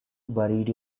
buried